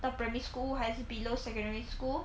到 primary school 还是 below secondary school